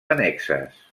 annexes